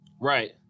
right